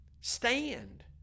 stand